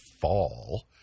fall